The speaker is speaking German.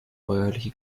bäuerliche